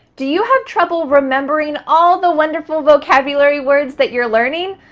do you have trouble remembering all the wonderful vocabulary words that you're learning?